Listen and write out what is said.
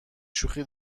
شوخی